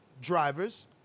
drivers